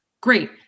great